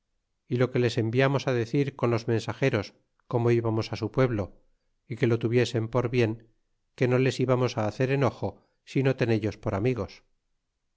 y lo que les enviamos á decir con los mensageros como íbamos á su pueblo y que lo tuviesen por bien que no les íbamos á hacer enojo sino tenellos por amigos